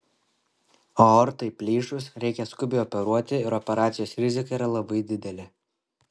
aortai plyšus reikia skubiai operuoti ir operacijos rizika yra labai didelė